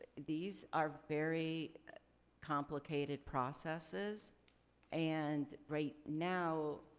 these are very complicated processes and right now,